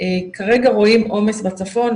כרגע רואים עומס בצפון,